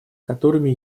которыми